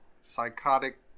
psychotic